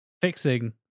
fixing